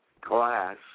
glass